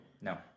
No